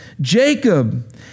Jacob